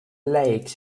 lakes